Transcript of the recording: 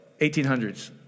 1800s